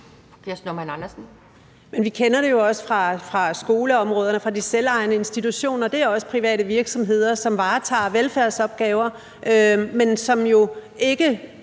Vi kender det jo også fra skoleområderne og fra de selvejende institutioner – det er også private virksomheder, som varetager velfærdsopgaver, men som jo ikke